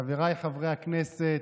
חבריי חברי הכנסת,